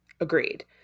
Agreed